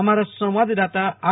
અમારા સંવાદદાતા આર